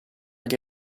agli